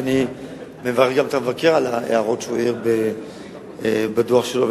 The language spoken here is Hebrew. ואני מברך גם את המבקר על ההערות שהוא העיר בדוח שלו,